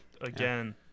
again